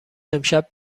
امشب